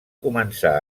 començar